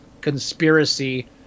conspiracy